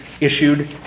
issued